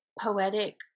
poetic